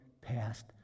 past